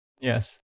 Yes